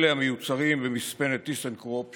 אלה המיוצרים במספנת טיסנקרופ שבגרמניה,